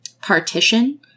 partition